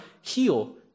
heal